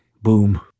Boom